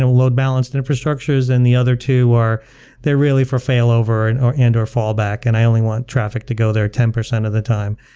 and load balanced infrastructures, and the other two, they're really for failover and or and or fallback, and i only want traffic to go there ten percent of the time.